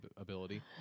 ability